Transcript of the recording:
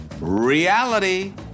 Reality